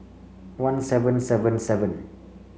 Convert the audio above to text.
one seven seven seven